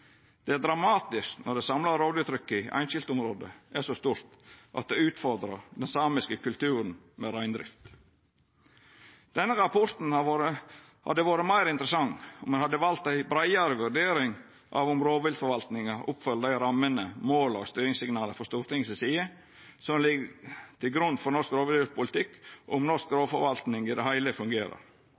Det er dramatisk når det samla rovdyrtrykket i einskilde område er så stort at det utfordrar den samiske kulturen med reindrift. Denne rapporten hadde vore meir interessant om ein hadde valt ei breiare vurdering av om rovviltforvaltninga oppfylte dei rammene, måla og styringssignala frå Stortinget si side som ligg til grunn for norsk rovviltpolitikk, og om norsk rovviltforvaltning i det heile fungerer.